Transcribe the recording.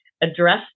address